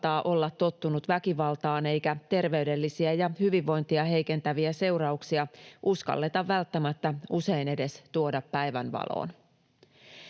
olla tottunut väkivaltaan, eikä terveydellisiä ja hyvinvointia heikentäviä seurauksia uskalleta välttämättä usein edes tuoda päivänvaloon.